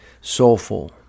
soulful